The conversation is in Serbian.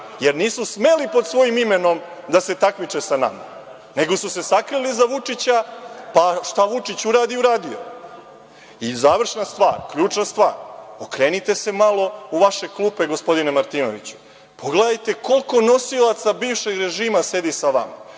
jer nisu smeli pod svojim imenom da se takmiče sa nama, nego su se sakrili iza Vučića pa šta Vučić uradi, uradio je. I, završna stvar, ključna stvar, okrenite se malo u vaše klupe, gospodine Martinoviću, pogledajte koliko nosilaca bivšeg režima sedi sa